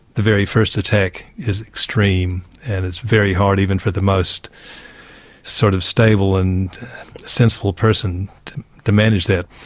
the very first attack is extreme and it's very hard even for the most sort of stable and sensible person to manage that.